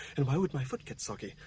and why would my foot get soggy?